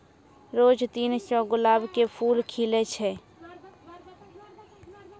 रोज तीन सौ गुलाब के फूल खिलै छै